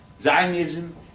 Zionism